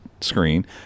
screen